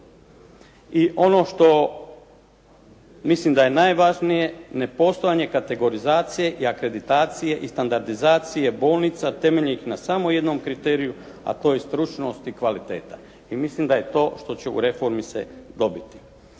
I ono što mislim da je najvažnije, nepostojanje kategorizacije i akreditacije i standardizacije bolnica temeljenih na samo jednom kriteriju, a to je stručnost i kvaliteta i mislim da je to što će u reformi se dobiti.